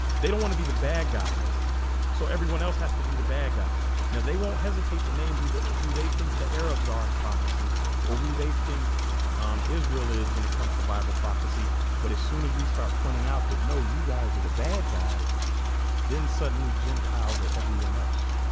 they don't want to be the bad guys so everyone else has to be the bad guys now they won't hesitate to name who the who they think the arabs are in prophecy or who they think israel is when it comes to bible prophecy but as soon as we start pointing out that know you guys are the bad guy then suddenly gentiles or everyone else